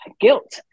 guilt